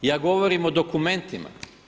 Ja govorim o dokumentima.